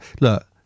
look